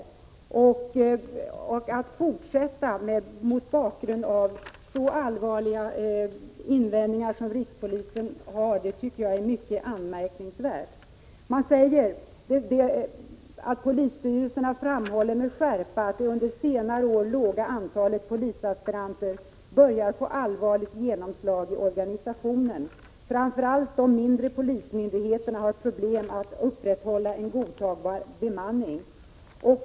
Att fortsätta på detta sätt är mycket anmärkningsvärt mot bakgrund av så allvarliga invändningar från rikspolisstyrelsen. Polisstyrelserna ”framhåller nu med skärpa att det under senare åren låga antalet polisaspiranter börjar få allvarligt genomslag i organisationen. ——— Framför allt de mindre polismyndigheterna har problem att upprätthålla en godtagbar bemanning.